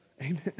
amen